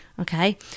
Okay